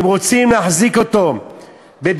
אם רוצים להחזיק אותו בבידוד,